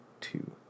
two